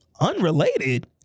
Unrelated